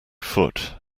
foot